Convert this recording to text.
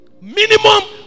minimum